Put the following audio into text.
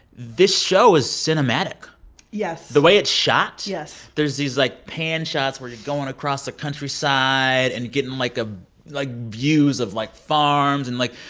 this show is cinematic yes the way it's shot yes there's these, like, pan shots where you're going across the countryside and getting, like, ah views of, like, farms. and, like,